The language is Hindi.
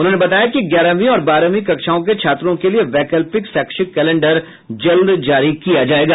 उन्होंने बताया कि ग्यारहवीं और बारहवीं कक्षाओं के छात्रों के लिए वैकल्पित शैक्षिक कैलेंडर जल्द जारी किया जाएगा